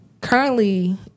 currently